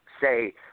say